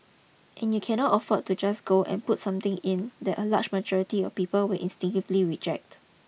and you cannot afford to just go and put something in that a large majority of people will instinctively reject